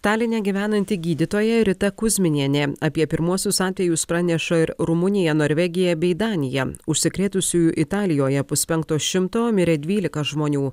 taline gyvenanti gydytoja rita kuzminienė apie pirmuosius atvejus praneša ir rumunija norvegija bei danija užsikrėtusiųjų italijoje puspenkto šimto mirė dvylika žmonių